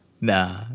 Nah